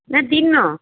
ନା ଦିନ